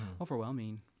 overwhelming